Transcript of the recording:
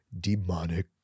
demonic